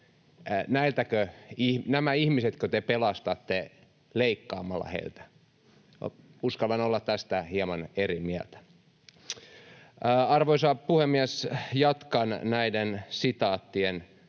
— nämä ihmisetkö te pelastatte leikkaamalla heiltä? Uskallan olla tästä hieman eri mieltä. Arvoisa puhemies! Jatkan näiden sitaattien